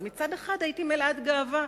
אז מצד אחד הייתי מלאת גאווה.